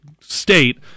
state